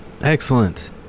excellent